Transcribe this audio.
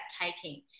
taking